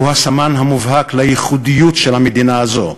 הוא הסמן המובהק לייחודיות של המדינה הזאת.